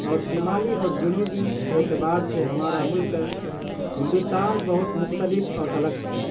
اور شمالی اور جنوبی اعتبار سے ہمارا ملک ہندوستان بہت مختلف اور الگ ہے